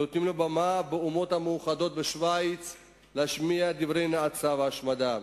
נותנים לו במה באומות המאוחדות בשווייץ להשמיע דברי נאצה והשמדה.